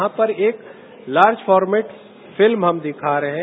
यहां पर एक लार्ज फॉरमैट फिल्म हम दिखा रहे हैं